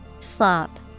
Slop